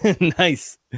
Nice